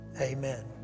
Amen